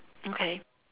okay